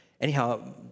anyhow